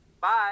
Bye